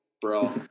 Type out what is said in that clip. bro